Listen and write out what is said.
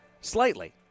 slightly